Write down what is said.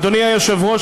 אדוני היושב-ראש,